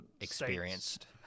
experienced